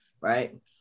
right